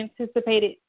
anticipated